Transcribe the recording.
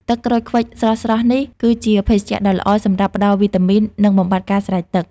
ទឹកក្រូចឃ្វិចស្រស់ៗនេះ គឺជាភេសជ្ជៈដ៏ល្អសម្រាប់ផ្តល់វីតាមីន និងបំបាត់ការស្រេកទឹក។